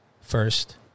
first